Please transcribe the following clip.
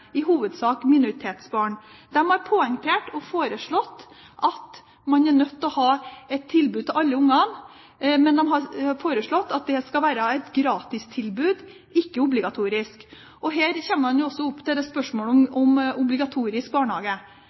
i barnehage, i hovedsak minoritetsbarn. De har poengtert og foreslått at man er nødt til å ha et tilbud til alle barn, men de har foreslått at det skal være et gratistilbud, ikke et obligatorisk tilbud. Her kommer man også til spørsmålet om obligatorisk barnehage.